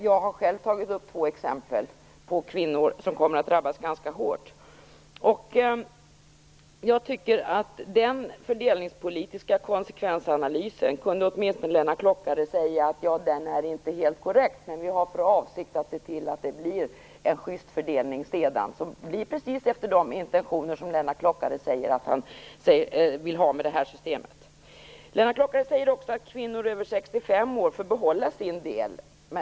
Jag har själv tagit upp två exempel på kvinnor som kommer att drabbas ganska hårt. Jag tycker att Lennart Klockare åtminstone kunde säga att den fördelningspolitiska konsekvensanalysen inte är helt korrekt men att vi har för avsikt att se till att det blir en sjyst fördelning senare. Det skulle vara precis enligt de intentioner som Lennart Klockare säger sig vilja ha när det gäller detta system. Lennart Klockare säger också att kvinnor över 65 års ålder får behålla sin del.